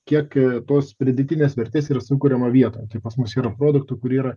kiek tos pridėtinės vertės yra sukuriama vietoj tai pas mus yra produktų kurie yra